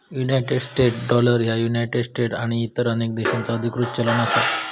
United States dollar ह्या United States आणि इतर अनेक देशांचो अधिकृत चलन असा